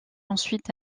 ensuite